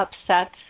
upset